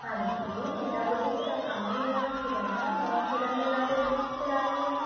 ਹਾਂਜੀ ਮੇਰਾ ਬੁਟੀਕ ਦਾ ਕੰਮ ਆ ਮੇਰਾ ਨਾਂ ਕਿਰਨ ਆ ਮੈਂ ਕਿਰਨ ਦੇ ਨਾਂ 'ਤੇ ਬੁਟੀਕ ਚਲਾ ਰਹੀ ਹਾਂ